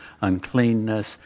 uncleanness